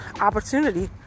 opportunity